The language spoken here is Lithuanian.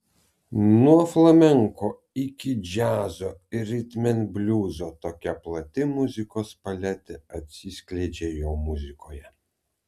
nuo flamenko iki džiazo ir ritmenbliuzo tokia plati muzikos paletė atsiskleidžia jo muzikoje